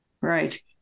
right